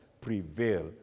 prevail